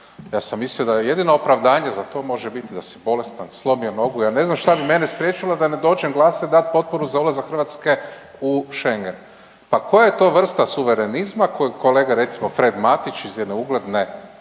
Ja sam mislio da jedino opravdanje za to može biti da si bolestan, slomio nogu, ja ne znam šta bi mene spriječilo da ne dođem glasati i dati potporu za ulazak Hrvatske u Schengen. Pa koje je to vrsta suverenizma kojeg kolege, recimo, Fred Matić iz jedne ugledne